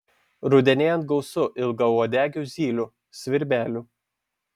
rudenėjant gausu ilgauodegių zylių svirbelių